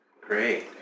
Great